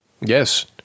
Yes